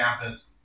campus